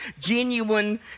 genuine